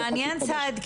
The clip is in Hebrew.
מעניין סאיד,